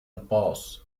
الباص